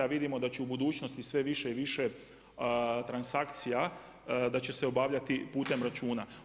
A vidimo da će u budućnosti sve više i više transakcija, da će se obavljati putem računa.